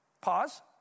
Pause